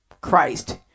Christ